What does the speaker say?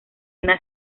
una